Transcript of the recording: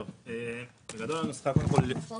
בגדול, הנוסחה על תקופת